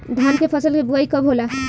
धान के फ़सल के बोआई कब होला?